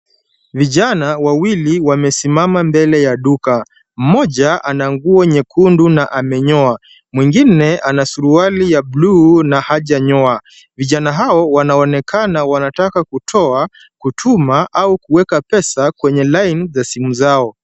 Vijana wawili wamesimama mbele ya duka. Mmoja ana nguo nyekundu na amenyoa, mwingine ana suruali ya buluu na hajanyoa. Vijana hao wanaonekana wanataka kutoa, kutuma au kuweka pesa kwenye laini ya simu zao.